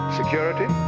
security